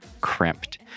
crimped